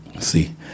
See